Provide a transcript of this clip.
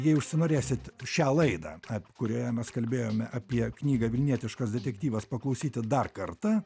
jei užsinorėsit šią laidą kurioje mes kalbėjome apie knygą vilnietiškas detektyvas paklausyti dar kartą